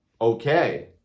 okay